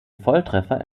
volltreffer